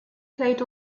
played